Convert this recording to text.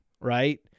Right